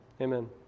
Amen